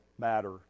matter